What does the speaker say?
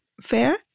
fair